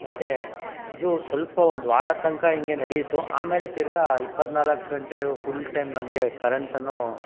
ಮತ್ತು ಇದು ಸ್ವಲ್ಪ ಒಂದು ವರದ ತನಕ ಹೀಗೆ ನಡೀತು ಆಮೇಲೆ ತಿರ್ಗಿ ಇಪ್ಪತ್ನಾಲ್ಕು ಗಂಟೆಯೂ ಫುಲ್ ಟೈಮ್ ನಮಗೆ ಕರೆಂಟನ್ನು